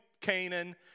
Canaan